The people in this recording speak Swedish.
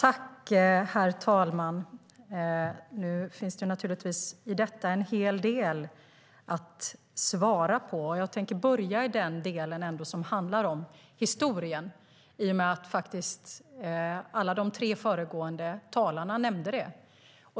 Herr talman! Nu finns det en hel del att svara på. Jag tänker börja med det som handlar om historien eftersom alla tre föregående talare nämnde den.